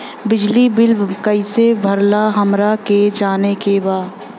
बिजली बिल कईसे भराला हमरा के जाने के बा?